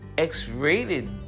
X-rated